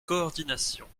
coordination